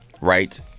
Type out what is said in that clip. right